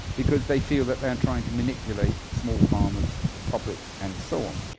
because they feel that they are trying to manipulate small farmers, the public and so on.